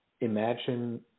imagine